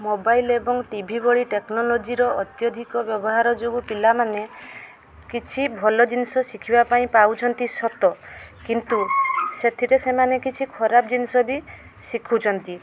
mobile ଏବଂ T V ଭଳି ଟେକ୍ନୋଲୋଜିର ଅତ୍ୟଧିକ ବ୍ୟବହାର ଯୋଗୁ ପିଲାମାନେ କିଛି ଭଲ ଜିନିଷ ଶିଖିବା ପାଇଁ ପାଉଛନ୍ତି ସତ କିନ୍ତୁ ସେଥିରେ ସେମାନେ କିଛି ଖରାପ ଜିନିଷ ବି ଶିଖୁଛନ୍ତି